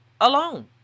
alone